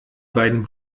beiden